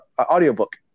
audiobook